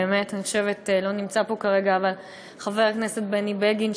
לא נמצא כאן כרגע חבר הכנסת בני בגין,